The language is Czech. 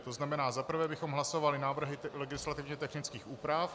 To znamená, zaprvé bychom hlasovali návrhy legislativně technických úprav.